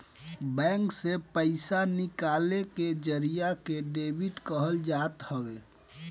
bank से पईसा निकाले के जरिया के डेबिट कहल जात हवे